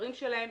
הספרים שלהם.